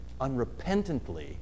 unrepentantly